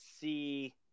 see –